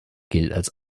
gilt